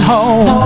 Home